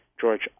George